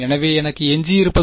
எனவே எனக்கு எஞ்சியிருப்பது